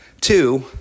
Two